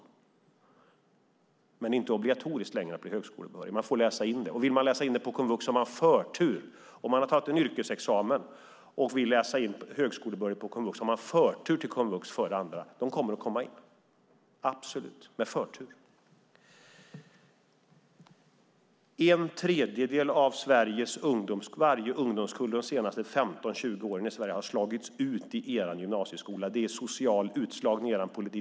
Det är inte längre obligatoriskt att bli högskolebehörig, men man får läsa in det. Har man tagit en yrkesexamen och vill ha högskolebehörighet har man förtur till komvux och kommer in. En tredjedel av varje ungdomskull i Sverige de senaste 15-20 åren har slagits ut i er gymnasieskola. Er politik ger social utslagning.